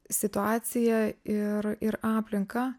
situaciją ir ir aplinką